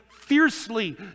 fiercely